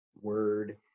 word